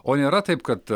o nėra taip kad